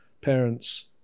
Parents